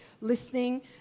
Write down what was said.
listening